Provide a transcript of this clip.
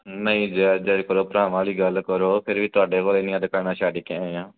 ਨਹੀਂ ਜਾਇਜ਼ ਜਾਇਜ਼ ਕਰੋ ਭਰਾਵਾਂ ਵਾਲੀ ਗੱਲ ਕਰੋ ਫਿਰ ਵੀ ਤੁਹਾਡੇ ਕੋਲ ਇੰਨੀਆਂ ਦੁਕਾਨਾਂ ਛੱਡ ਕੇ ਆਏ ਹਾਂ